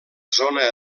zona